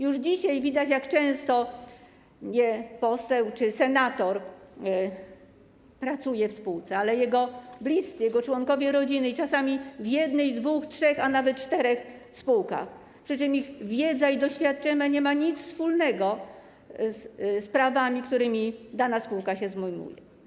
Już dzisiaj widać, jak często nie poseł czy senator pracuje w spółce, ale jego bliscy, członkowie jego rodziny, czasami w jednej, dwóch, trzech, a nawet czterech spółkach, przy czym ich wiedza i doświadczenie nie mają nic wspólnego z prawami, którymi dana spółka się zajmuje.